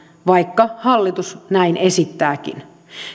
vaikka hallitus näin esittääkin